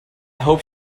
hope